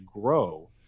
grow